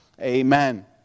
Amen